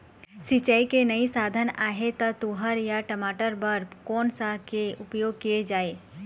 सिचाई के कई साधन आहे ता तुंहर या टमाटर बार कोन सा के उपयोग किए जाए?